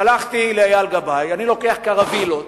הלכתי לאייל גבאי: אני לוקח קרווילות